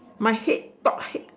my head top head